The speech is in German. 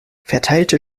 verteilte